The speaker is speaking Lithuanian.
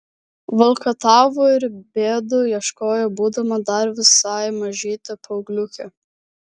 valkatavo ir bėdų ieškojo būdama dar visai mažytė paaugliukė